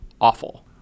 awful